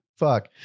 fuck